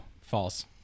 false